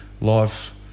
life